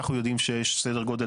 אנחנו יודעים שיש סדר-גודל,